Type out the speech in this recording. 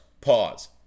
pause